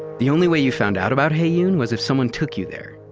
the only way you found out about heyoon was if someone took you there.